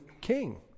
king